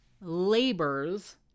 labors